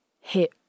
hit